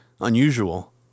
unusual